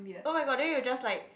oh my god then you just like